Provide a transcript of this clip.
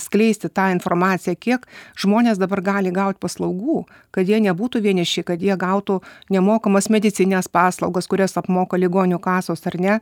skleisti tą informaciją kiek žmonės dabar gali gaut paslaugų kad jie nebūtų vieniši kad jie gautų nemokamas medicinines paslaugas kurias apmoka ligonių kasos ar ne